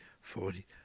forty